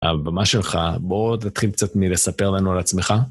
הבמה שלך, בואו תתחיל קצת מלספר לנו על עצמך.